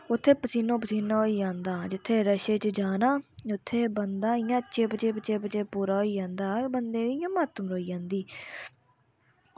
ते उत्थें पसीनो पसीना होई जंदा हा ते इत्थै रशै च जाना इत्थै बंदा इंया चिप चिप होई जंदा हा ते बंदे दी इंया मत्त मरोई जंदी ही